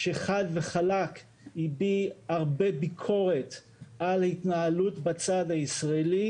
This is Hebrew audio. שחד חלק הביע הרבה ביקורת על התנהלות בצד הישראלי